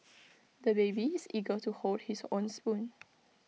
the baby is eager to hold his own spoon